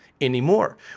anymore